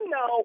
no